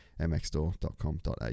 mxstore.com.au